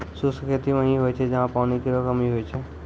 शुष्क खेती वहीं होय छै जहां पानी केरो कमी होय छै